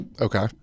Okay